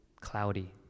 cloudy